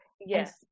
Yes